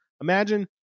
Imagine